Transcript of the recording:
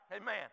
Amen